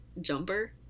jumper